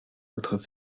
votre